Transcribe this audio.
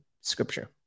scripture